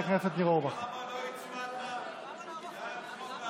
הייתה פה איזו דרמה קודם במליאה בשאלה אם